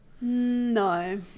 No